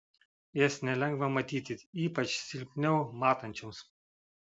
jas nelengva matyti ypač silpniau matančioms